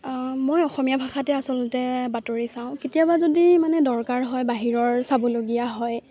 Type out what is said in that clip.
মই অসমীয়া ভাষাতে আচলতে বাতৰি চাওঁ কেতিয়াবা যদি মানে দৰকাৰ হয় বাহিৰৰ চাবলগীয়া হয়